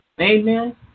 Amen